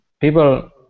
people